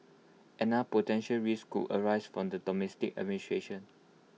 another potential risk could arise from the domestic administration